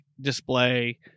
display